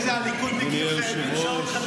אדוני היושב-ראש,